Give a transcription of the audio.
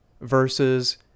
versus